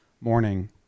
morning